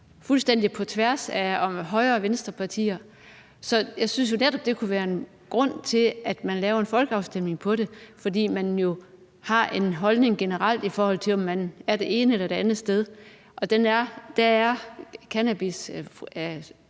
fuldstændig på tværs af højre- og venstrepartier. Så jeg synes netop, at det kunne være en grund til, at man laver en folkeafstemning om det, og det er jo, fordi man har en holdning til det generelt, i forhold til om man er det ene eller det andet sted. Der er cannabis